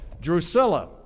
Drusilla